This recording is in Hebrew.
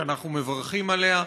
שאנחנו מברכים עליה,